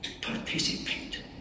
participate